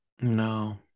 No